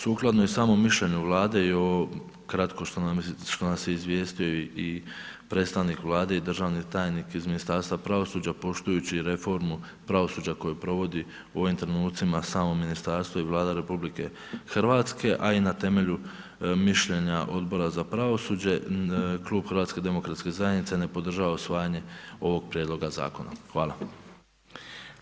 Sukladno je samom mišljenju Vlade i ovo kratko što nas je izvijestio i predstavnik Vlade i državni tajnik iz Ministarstva pravosuđa, poštujući reformu pravosuđa koju provodi u ovim trenucima samo ministarstvo i Vlada RH, a i na temelju mišljenja Odbora za pravosuđe, Klub HDZ-a ne podržava usvajanje ovog prijedloga zakona.